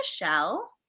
Michelle